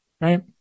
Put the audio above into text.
right